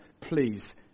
please